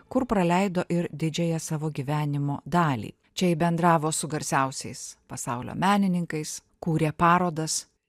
kur praleido ir didžiąją savo gyvenimo dalį čia ji bendravo su garsiausiais pasaulio menininkais kūrė parodas